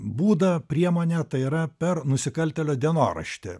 būdą priemonę tai yra per nusikaltėlio dienoraštį